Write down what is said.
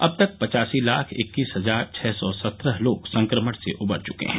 अब तक पचासी लाख इक्कीस हजार छह सौ सत्रह लोग संक्रमण से उबर चुके हैं